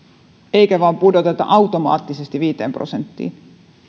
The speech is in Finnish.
eikä vain pudoteta automaattisesti viiteen prosenttiin